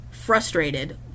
frustrated